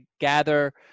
gather